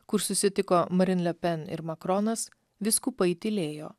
kur susitiko marin lepen ir makronas vyskupai tylėjo